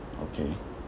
okay